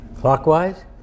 Clockwise